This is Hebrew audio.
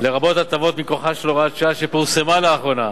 לרבות הטבות מכוחה של הוראת שעה שפורסמה לאחרונה,